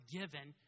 given